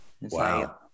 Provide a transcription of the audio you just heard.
Wow